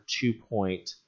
two-point